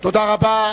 תודה רבה.